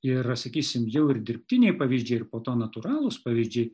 ir sakysim jau ir dirbtiniai pavyzdžiai ir po to natūralūs pavyzdžiai